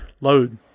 load